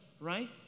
right